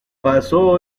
pasó